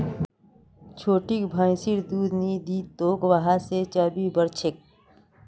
छोटिक भैंसिर दूध नी दी तोक वहा से चर्बी बढ़ छेक